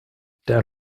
der